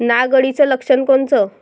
नाग अळीचं लक्षण कोनचं?